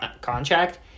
contract